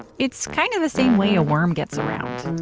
it's kind of the same way a worm gets around.